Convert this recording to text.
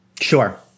Sure